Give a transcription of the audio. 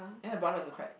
then my brother also cried